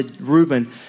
Reuben